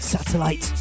Satellite